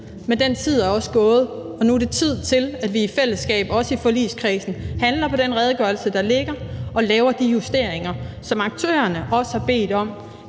men den tid er også gået, og nu er det tid til, at vi i fællesskab i forligskredsen handler på den redegørelse, der ligger, og laver de justeringer, som også aktørerne har bedt om,